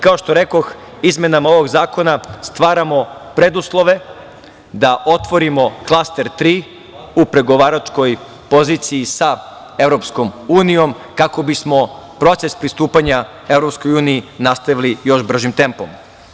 Kao što rekoh, izmenama ovog zakona stvaramo preduslove da otvorimo klaster 3 u pregovaračkoj poziciji sa EU kako bismo proces pristupanja EU nastavili još bržim tempom.